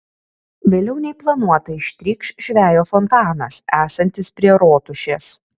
vėliau nei planuota ištrykš žvejo fontanas esantis prie rotušės